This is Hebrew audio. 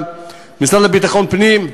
למשרד לביטחון פנים,